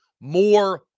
more